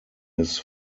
his